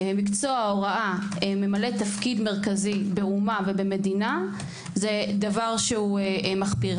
מקצוע ההוראה ממלא תפקיד מרכזי באומה ובמדינה זה דבר מחפיר.